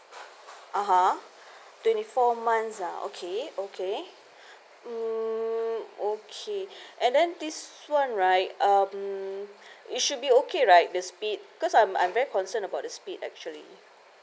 a'ah twenty four months ah okay okay mm okay and then this one right um it should be okay right the speed because I'm I'm very concerned about the speed actually